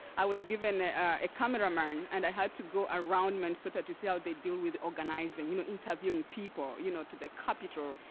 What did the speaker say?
i was given a cameraman, and i had to go around minnesota to see how they deal with organizing, you know interviewing people, you know to the capital,